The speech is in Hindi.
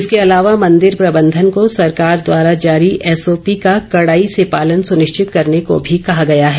इसके अलावा मंदिर प्रबंधन को सरकार द्वारा जारी एसओपी का कड़ाई से पालन सुनिश्चित करने को भी कहा गया है